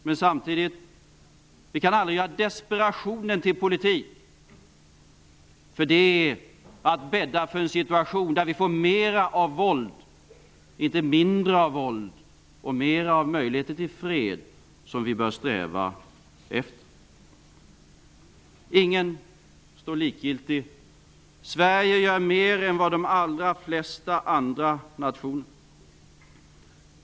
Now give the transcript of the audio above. Men samtidigt kan desperationen aldrig göras till politik för det är att bädda för en situation där vi får mer av våld, inte mindre av våld, och mer av möjligheter till fred som vi bör sträva efter. Ingen står likgiltig. Sverige gör mer än de allra flesta andra nationer.